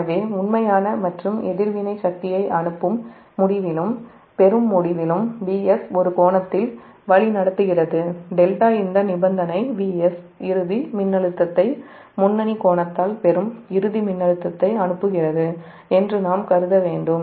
எனவே உண்மையான மற்றும் எதிர்வினை சக்தியை அனுப்பும் முடிவிலும் பெறும் முடிவிலும் Vs ஒரு கோணத்தால் வழிநடத்துகிறது δ இந்த நிபந்தனை Vs இறுதி மின்னழுத்தத்தை முன்னணி கோணத்தால் பெறும் இறுதி மின்னழுத்தத்தை அனுப்புகிறது என்று நாம் கருத வேண்டும்